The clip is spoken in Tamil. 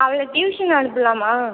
அவளை டியூசன் அனுப்பலாமா